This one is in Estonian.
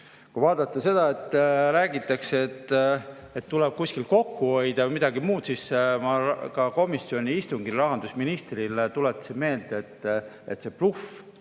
Kui vaadata seda, et räägitakse, et tuleb kuskilt kokku hoida, või midagi muud, siis ma ka komisjoni istungil rahandusministrile tuletasin meelde, et see,